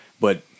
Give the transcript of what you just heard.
but-